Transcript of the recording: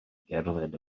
gerdded